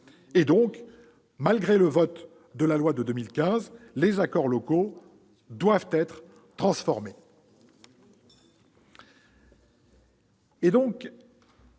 Malgré le vote de la loi de 2015, les accords locaux doivent donc être transformés.